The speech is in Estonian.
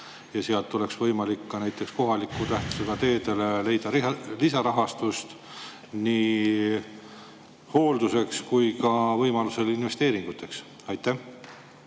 ja sealt oleks võimalik ka näiteks kohaliku tähtsusega teedele leida lisarahastust nii hoolduseks kui ka võimalusel investeeringuteks. Aitäh,